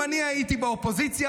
אם אני הייתי באופוזיציה,